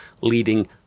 leading